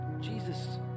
Jesus